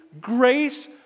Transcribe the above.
grace